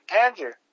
Andrew